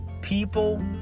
People